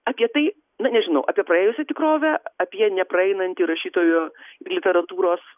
apie tai na nežinau apie praėjusią tikrovę apie nepraeinantį rašytojo ir literatūros